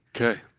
Okay